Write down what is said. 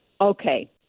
Okay